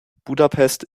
budapest